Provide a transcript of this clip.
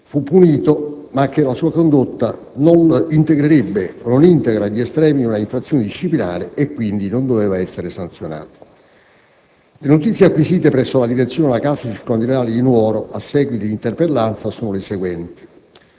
punito, ma che la sua condotta non integra gli estremi di una infrazione disciplinare e quindi non doveva essere sanzionata. Le notizie acquisite presso la direzione della casa circondariale di Nuoro a seguito dell'interpellanza sono le seguenti.